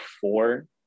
four